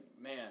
man